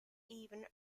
even